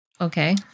okay